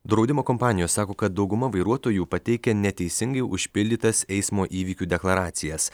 draudimo kompanijos sako kad dauguma vairuotojų pateikia neteisingai užpildytas eismo įvykių deklaracijas